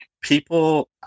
people